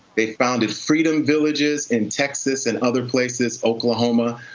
they founded freedom villages in texas and other places oklahoma.